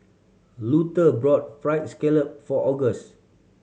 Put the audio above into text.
Luther bought Fried Scallop for August